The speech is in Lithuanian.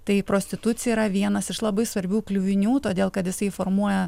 tai prostitucija yra vienas iš labai svarbių kliuvinių todėl kad jisai formuoja